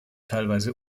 teilweise